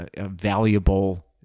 valuable